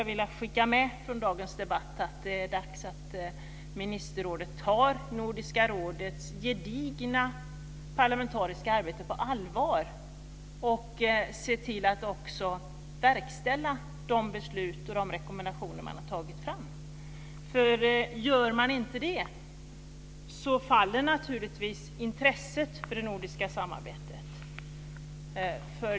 Från dagens debatt vill jag skicka med att det är dags att ministerrådet tar Nordiska rådets gedigna parlamentariska arbete på allvar och ser till att också verkställa de beslut och de rekommendationer man har tagit fram. Gör man inte det faller naturligtvis intresset för det nordiska samarbetet.